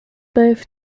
both